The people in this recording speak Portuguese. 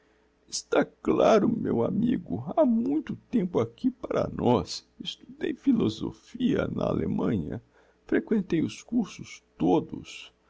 está c claro meu amigo ha muito tempo aqui para nós estudei philosophia na allemanha frequentei os cursos todos